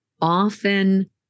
Often